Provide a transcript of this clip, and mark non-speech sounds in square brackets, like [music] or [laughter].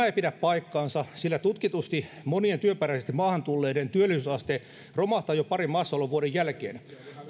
[unintelligible] ei pidä paikkaansa sillä tutkitusti monien työperäisesti maahan tulleiden työllisyysaste romahtaa jo parin maassaolovuoden jälkeen